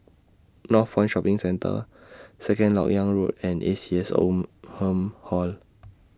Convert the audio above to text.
Northpoint Shopping Centre Second Lok Yang Road and A C S Oldham Hall